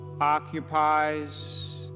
occupies